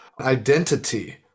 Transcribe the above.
identity